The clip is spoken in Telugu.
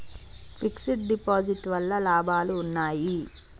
ఫిక్స్ డ్ డిపాజిట్ వల్ల లాభాలు ఉన్నాయి?